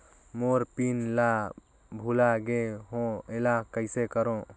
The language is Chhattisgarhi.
मोर पिन ला भुला गे हो एला कइसे करो?